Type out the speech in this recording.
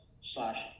slash